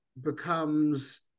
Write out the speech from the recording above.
becomes